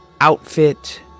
outfit